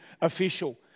official